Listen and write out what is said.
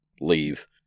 leave